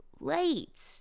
late